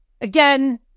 Again